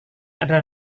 adalah